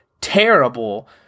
terrible